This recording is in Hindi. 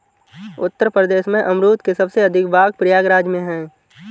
उत्तर प्रदेश में अमरुद के सबसे अधिक बाग प्रयागराज में है